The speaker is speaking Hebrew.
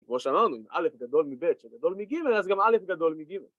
כמו שאמרנו, אם א' גדול מב' גדול מג', אז גם א' גדול מג'.